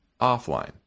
offline